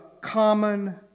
common